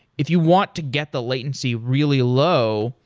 if you want to get the latency really low,